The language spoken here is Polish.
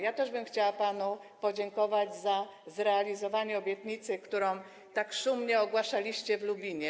Ja też chciałabym panu podziękować za zrealizowanie obietnicy, którą tak szumnie ogłaszaliście w Lublinie.